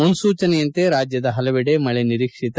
ಮುನ್ಲೂಚನೆಯಂತೆ ರಾಜ್ಯದ ಹಲವೆಡೆ ಮಳೆ ನಿರೀಕ್ಷಿತ